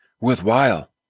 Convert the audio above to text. worthwhile